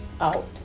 out